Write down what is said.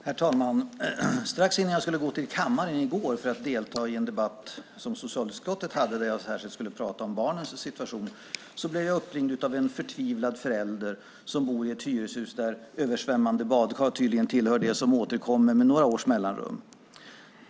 Herr talman! Strax innan jag skulle gå till kammaren i går för att delta i en debatt som socialutskottet hade där jag särskilt skulle prata om barnens situation blev jag uppringd av en förtvivlad förälder som bor i ett hyreshus där översvämmade badkar tydligen tillhör det som återkommer med några års mellanrum.